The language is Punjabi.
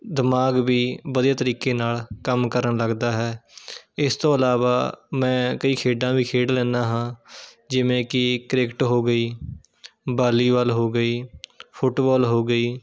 ਦਿਮਾਗ ਵੀ ਵਧੀਆ ਤਰੀਕੇ ਨਾਲ਼ ਕੰਮ ਕਰਨ ਲੱਗਦਾ ਹੈ ਇਸ ਤੋਂ ਇਲਾਵਾ ਮੈਂ ਕਈ ਖੇਡਾਂ ਵੀ ਖੇਡ ਲੈਂਦਾ ਹਾਂ ਜਿਵੇਂ ਕਿ ਕ੍ਰਿਕਟ ਹੋ ਗਈ ਵਾਲੀਵਾਲ ਹੋ ਗਈ ਫੁੱਟਵੋਲ ਹੋ ਗਈ